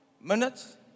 minutes